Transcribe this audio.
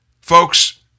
Folks